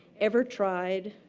ever tried,